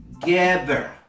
Together